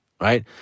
Right